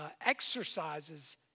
exercises